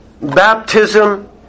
baptism